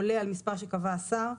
עולה על מספר שקבע השר,